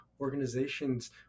organizations